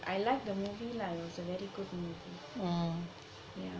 I like the movie lah it was a very good movie yeah